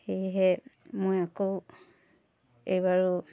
সেয়েহে মই আকৌ এইবাৰো